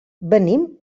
venim